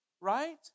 right